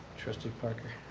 trustee parker?